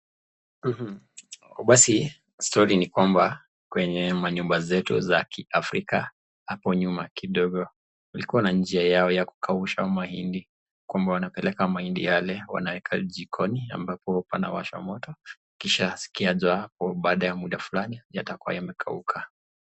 Basi stori ni kwamba kwenye manyumba zetu za kiafrica hapo nyuma kidogo walikuwa na njia yao ya kukausha mahindi kwamba wanapeleka mahindi yale wanaeka jikoni ambapo wanawasha moto kisha baada ya muda fulani yatakuwa yamekauka.